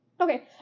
okay